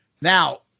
Now